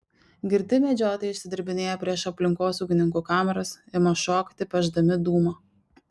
girti medžiotojai išsidirbinėja prieš aplinkosaugininkų kameras ima šokti pešdami dūmą